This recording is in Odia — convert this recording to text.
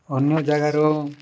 ଅନ୍ୟ ଜାଗାର